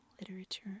literature